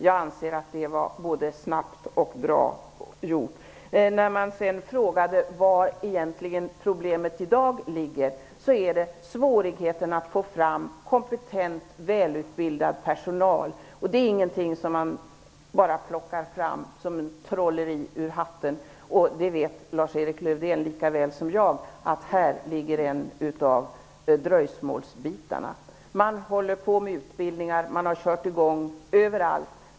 Jag anser att det var både snabbt och bra gjort. När man sedan frågade var egentligen problemet i dag ligger fick vi höra att det var svårigheten att få fram kompetent välutbildad personal. Det är ingenting som man bara plockar fram som trolleri ur hatten. Lars-Erik Lövdén vet lika väl som jag att här ligger en av orsakerna till dröjsmål. Man håller nu på med utbildningar. Man har kört i gång överallt.